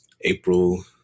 April